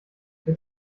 mit